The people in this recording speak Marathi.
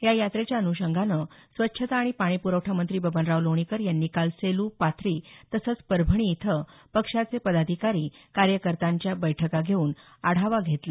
या यात्रेच्या अनुषंगानं स्वच्छता आणि पाणी प्रवठा मंत्री बबनराव लोणीकर यांनी काल सेलू पाथरी तसंच परभणी इथं पक्षाचे पदाधिकारी कार्यकर्त्यांच्या बैठका घेऊन आढावा घेतला